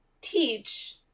teach